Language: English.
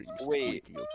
wait